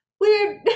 weird